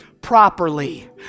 properly